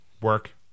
work